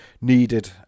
needed